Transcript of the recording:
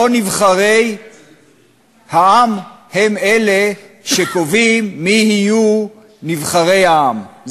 לא נבחרי העם הם אלה שקובעים מי יהיו נבחרי העם,